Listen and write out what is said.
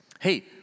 Hey